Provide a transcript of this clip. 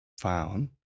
found